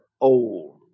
old